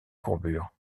courbure